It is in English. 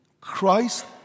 Christ